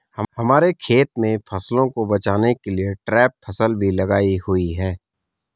हमारे खेत में फसलों को बचाने के लिए ट्रैप फसल भी लगाई हुई है